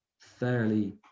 fairly